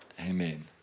Amen